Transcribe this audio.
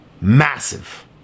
Massive